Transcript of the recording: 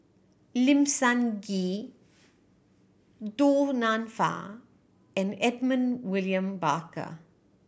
Lim Sun Gee Du Nanfa and Edmund William Barker